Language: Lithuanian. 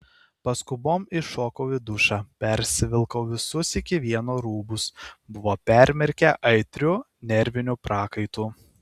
paskubom įšokau į dušą persivilkau visus iki vieno rūbus buvo permirkę aitriu nerviniu prakaitu